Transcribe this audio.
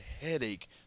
headache